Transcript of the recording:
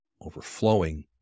overflowing